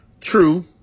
True